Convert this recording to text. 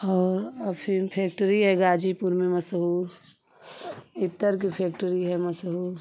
और अफ़ीम फेक्ट्री है गाजीपुर में मशहूर इत्र की फेक्ट्री है मशहूर